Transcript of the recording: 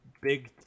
big